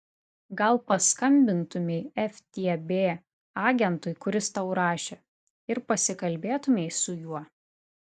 gal paskambintumei ftb agentui kuris tau rašė ir pasikalbėtumei su juo